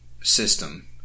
system